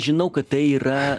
žinau kad tai yra